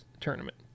tournament